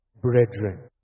brethren